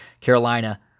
Carolina